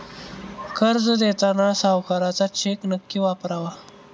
कर्ज देताना सावकाराचा चेक नक्की वापरावा